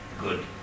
Good